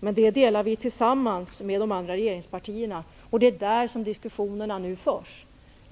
Men det beslutet fattar vi tillsammans med de andra regeringspartierna. Det är i regeringen som diskussionen nu förs.